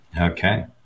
Okay